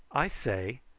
i say,